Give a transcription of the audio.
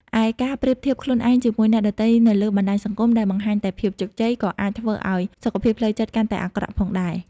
ឯការប្រៀបធៀបខ្លួនឯងជាមួយអ្នកដទៃនៅលើបណ្តាញសង្គមដែលបង្ហាញតែភាពជោគជ័យ ក៏អាចធ្វើឱ្យសុខភាពផ្លូវចិត្តកាន់តែអាក្រក់ផងដែរ។